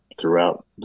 throughout